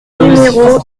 numéro